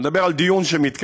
אני מדבר על דיון שמתקיים,